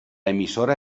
emisora